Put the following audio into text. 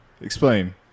explain